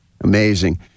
amazing